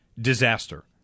disaster